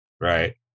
Right